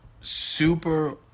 super